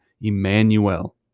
Emmanuel